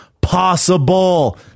possible